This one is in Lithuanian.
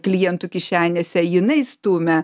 klientų kišenėse jinai stumia